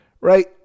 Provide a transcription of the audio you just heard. right